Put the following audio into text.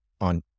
on